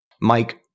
Mike